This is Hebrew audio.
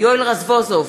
יואל רזבוזוב,